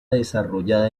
desarrollada